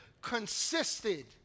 consisted